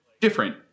different